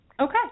Okay